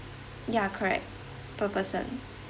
ya correct per person